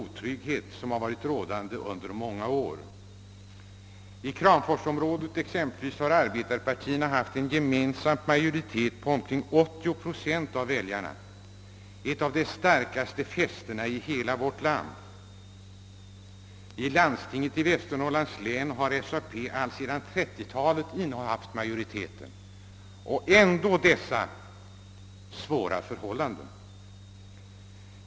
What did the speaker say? I kramforsområdet har arbetarpartierna haft gemensam majoritet på omkring 80 procent av väljarna — ett av de starkaste fästena i vårt land. I landstinget i Västernorrlands län har SAP sedan 1930-talet haft majoritet — och ändå dessa svåra förhållanden!